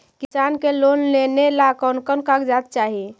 किसान के लोन लेने ला कोन कोन कागजात चाही?